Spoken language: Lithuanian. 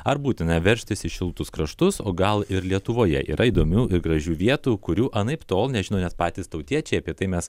ar būtina veržtis į šiltus kraštus o gal ir lietuvoje yra įdomių ir gražių vietų kurių anaiptol nežino net patys tautiečiai apie tai mes